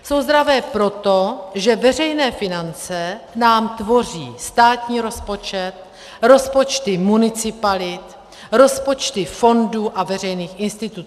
Jsou zdravé proto, že veřejné finance nám tvoří státní rozpočet, rozpočty municipalit, rozpočty fondů a veřejných institucí.